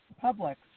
Public